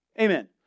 Amen